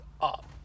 up